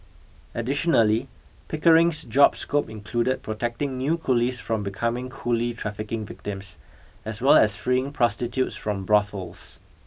additionally Pickering's job scope included protecting new coolies from becoming coolie trafficking victims as well as freeing prostitutes from brothels